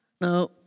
Now